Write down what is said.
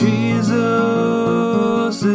Jesus